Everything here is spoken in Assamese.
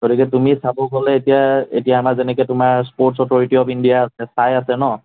গতিকে তুমি চাব গ'লে এতিয়া এতিয়া আমাৰ যেনেকৈ তোমাৰ স্পৰ্টছ অথৰিটি অৱ ইণ্ডিয়া চাই আছে ন